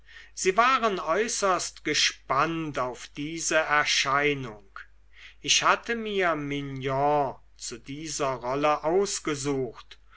sie waren äußerst gespannt auf diese erscheinung ich hatte mir mignon zu dieser rolle ausgesucht